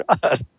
God